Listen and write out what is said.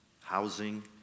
housing